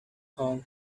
home